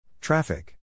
Traffic